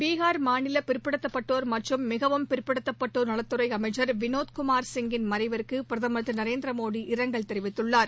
பீகார் மாநில பிற்படுத்தப்பட்டோர் மற்றும் மிகவும் பிற்படுத்தப்பட்டோர் நலத்துறை அமைச்சர் திரு வினோத்குமார் சிங்கின் மறைவுக்கு பிரதமர் திரு நரேந்திரமோடி இரங்கல் தெரிவித்துள்ளார்